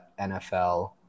nfl